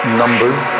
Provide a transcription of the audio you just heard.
numbers